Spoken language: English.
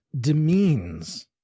demeans